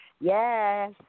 Yes